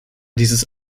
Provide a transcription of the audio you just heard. dieses